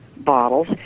bottles